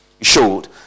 showed